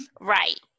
right